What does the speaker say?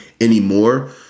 anymore